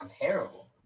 terrible